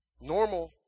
Normal